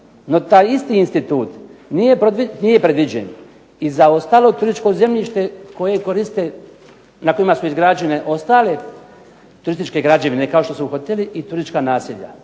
No taj isti institut nije predviđen i za ostalo turističko zemljište na kojima su izgrađene ostale turističke građevine, kao što su hoteli i turistička naselja.